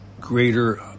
greater